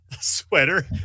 sweater